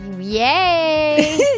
Yay